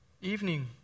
evening